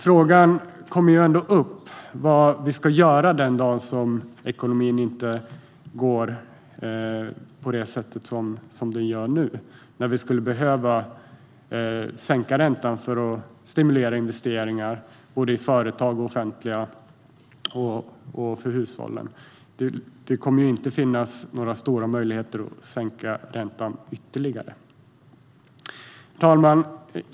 Frågan kommer ändå upp vad vi ska göra den dag ekonomin inte går på det sätt den gör nu - när vi skulle behöva sänka räntan för att stimulera investeringar såväl i företag och hushåll som i det offentliga. Det kommer ju inte att finnas några stora möjligheter att sänka räntan ytterligare. Herr talman!